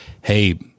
hey